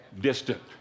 distant